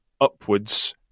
upwards